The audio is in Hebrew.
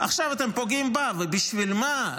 עכשיו אתם פוגעים בה, ובשביל מה?